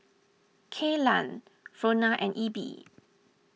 Kaylan Frona and Ebbie